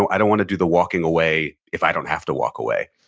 i don't wanna do the walking away if i don't have to walk away.